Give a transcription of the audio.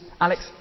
Alex